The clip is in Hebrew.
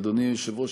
אדוני היושב-ראש,